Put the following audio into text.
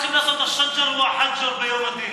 מה צריכים לעשות השג'ר והחג'ר ביום הדין?